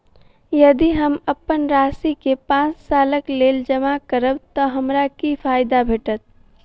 यदि हम अप्पन राशि केँ पांच सालक लेल जमा करब तऽ हमरा की फायदा भेटत?